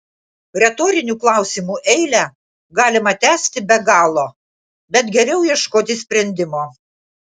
retorinių klausimų eilę galima tęsti be galo bet geriau ieškoti sprendimo